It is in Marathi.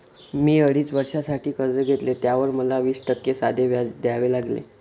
मी अडीच वर्षांसाठी कर्ज घेतले, त्यावर मला वीस टक्के साधे व्याज द्यावे लागले